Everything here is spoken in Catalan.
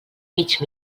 mig